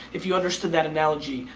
if you understood that analogy,